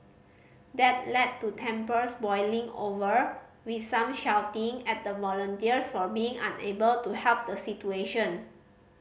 that led to tempers boiling over with some shouting at the volunteers for being unable to help the situation